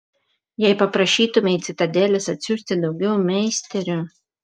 jei paprašytumei citadelės atsiųsti daugiau meisterių